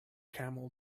camel